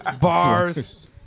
Bars